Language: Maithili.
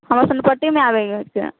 हम आओर सोनपट्टीमे आबै हैके